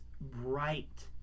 bright